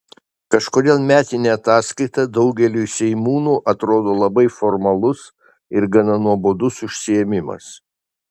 kažkodėl metinė ataskaita daugeliui seimūnų atrodo labai formalus ir gana nuobodus užsiėmimas